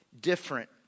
different